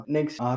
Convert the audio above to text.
Next